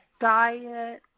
diet